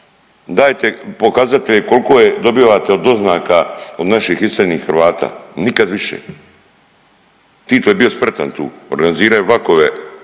dajte pokazatelje koliko dobivate od doznaka od naših iseljenih Hrvata. Nikad više. Tito je bio smrtan tu organizirao je vlakove